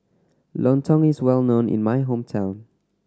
lontong is well known in my hometown